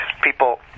people